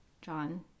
John